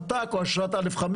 אשרת מת"ק או אשרת א5,